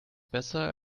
besser